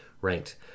ranked